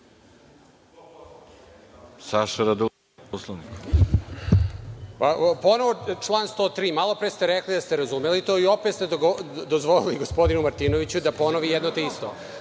**Saša Radulović** Ponovo član 103. Malopre ste rekli da ste razumeli to i opet ste dozvolili gospodinu Martinoviću da ponovi jedno te isto. Ne